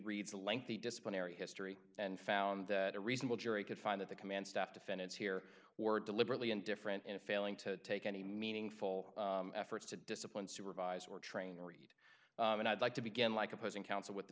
reads a lengthy disciplinary history and found that a reasonable jury could find that the command staff defendants here were deliberately indifferent in failing to take any meaningful efforts to discipline supervise or training read and i'd like to begin like opposing counsel with